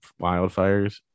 wildfires